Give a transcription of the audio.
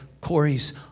Corey's